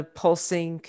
pulsing